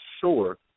sure